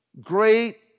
great